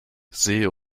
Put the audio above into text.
see